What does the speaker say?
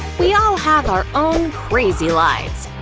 we all have our own crazy lives,